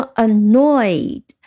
annoyed